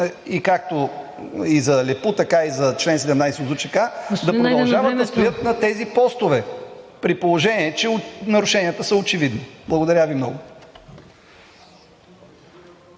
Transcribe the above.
както за Алепу, така и чл. 17 от ЗУЧК, да продължават да стоят на тези постове, при положение че нарушенията са очевидни? Благодаря Ви много.